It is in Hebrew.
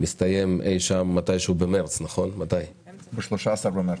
מסתיים ב-13 במרץ.